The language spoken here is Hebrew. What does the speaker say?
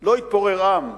לא יתפורר עם,